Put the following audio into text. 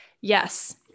Yes